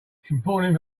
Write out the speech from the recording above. important